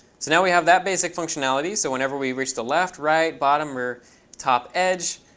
so, now, we have that basic functionality. so whenever we reach the left, right, bottom, or top edge,